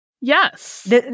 Yes